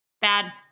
bad